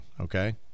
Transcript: okay